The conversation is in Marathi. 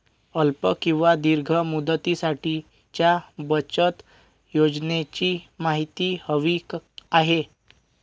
अल्प किंवा दीर्घ मुदतीसाठीच्या बचत योजनेची माहिती हवी आहे